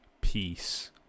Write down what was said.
peace